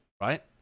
right